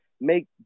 Make